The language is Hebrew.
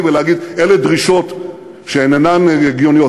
ולהגיד: אלה דרישות שאינן הגיוניות.